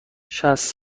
شصت